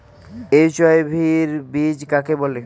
HYV বীজ কাকে বলে?